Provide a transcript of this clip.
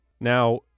Now